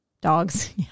Dogs